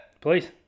Please